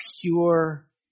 pure